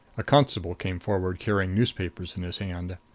a constable came forward carrying newspapers in his hand.